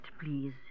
please